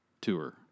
tour